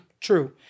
true